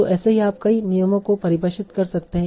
तो ऐसे ही आप कई नियमों को परिभाषित कर सकते हैं